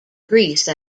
greece